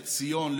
לציון,